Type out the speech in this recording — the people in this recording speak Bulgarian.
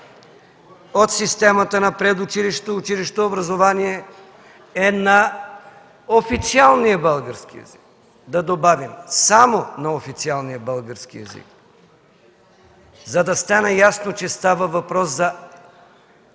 от системата на училищното и предучилищно образование е на официалния български език да добавим „само на официалния български език”, за да стане ясно, че става въпрос за